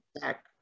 back